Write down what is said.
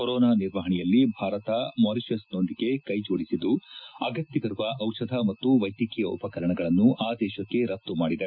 corona ನಿರ್ವಹಣೆಯಲ್ಲಿ ಭಾರತ ಮಾರಿಷಸ್ನೊಂದಿಗೆ ಕೈ ಜೋಡಿಸಿದ್ಲು ಅಗತ್ಯವಿರುವ ದಿಷಧ ಮತ್ತು ವೈದ್ಯಕೀಯ ಉಪಕರಣಗಳನ್ನು ಆ ದೇಶಕ್ಷೆ ರಫ್ತು ಮಾಡಿದೆ